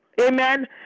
Amen